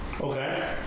Okay